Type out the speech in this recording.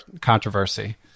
controversy